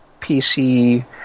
PC